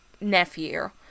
nephew